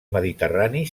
mediterrani